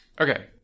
Okay